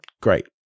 great